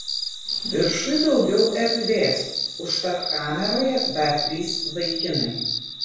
viršuj daugiau erdvės užtat kameroje dar trys vaikinai